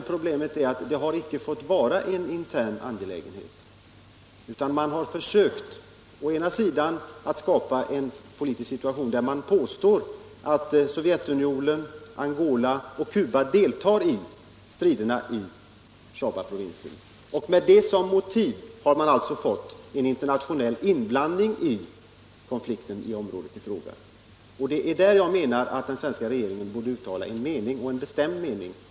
Problemet är ju att det icke har fått vara en intern angelägenhet. Man har i stället försökt skapa en politisk situation genom att påstå att Sovjetunionen, Angola och Cuba deltar i striderna i Shabaprovinsen, och med det som motiv har man åstadkommit en internationell inblandning i konflikten i området i fråga. Det är på den punkten som jag anser att den svenska regeringen borde uttala en mening, och en bestämd sådan.